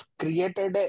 created